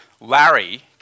Larry